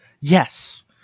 Yes